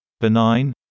benign